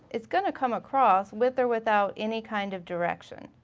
it's gonna come across with or without any kind of direction.